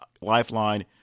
Lifeline